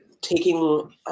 taking